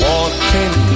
Walking